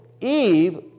Eve